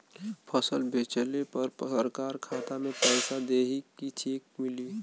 फसल बेंचले पर सरकार खाता में पैसा देही की चेक मिली?